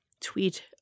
tweet